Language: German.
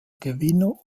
gewinner